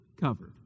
covered